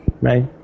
right